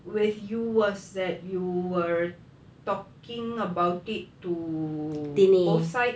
with you was that you were talking about it to both sides